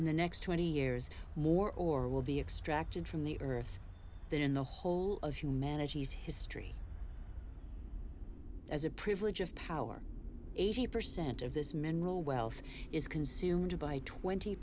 in the next twenty years more or will be extracted from the earth that in the whole of humanity's history as a privilege of power eighty percent of this mineral wealth is consumed by twenty